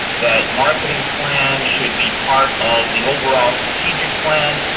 that marketing plan should be part of the overall strategic plan,